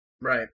Right